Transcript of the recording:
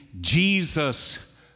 Jesus